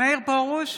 מאיר פרוש,